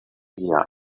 eher